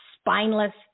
spineless